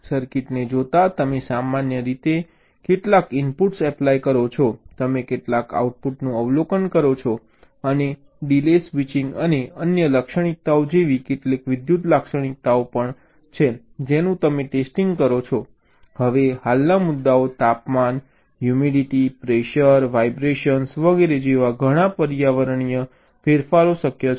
સર્કિટને જોતાં તમે સામાન્ય રીતે કેટલાક ઇનપુટ્સ એપ્લાય કરો છો તમે કેટલાક આઉટપુટનું અવલોકન કરો છો અને ડીલે સ્વિચિંગ અને અન્ય લાક્ષણિકતાઓ જેવી કેટલીક વિદ્યુત લાક્ષણિકતાઓ પણ છે જેનું તમે ટેસ્ટિંગ કરો છો હવે હાલના મુદ્દાઓ તાપમાન હ્યુમિડિટી પ્રેશર વાઇબ્રેશન વગેરે જેવા ઘણા પર્યાવરણીય ફેરફારો શક્ય છે